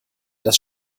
das